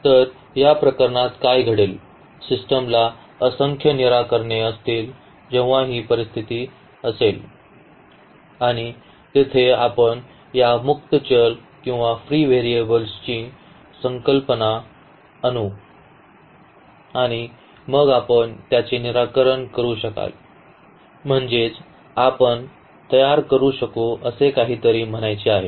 तर या प्रकरणात काय घडेल सिस्टमला असंख्य निराकरणे असतील जेव्हा ही परिस्थिती असेल आणि तेथे आपण या मुक्त चल आणि फ्री व्हेरिएबल्सची संकल्पना आणू आणि मग आपण त्याचे निराकरण करू शकाल म्हणजेच आपण तयार करू शकू असे काहीतरी म्हणायचे आहे